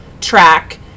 track